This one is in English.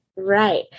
Right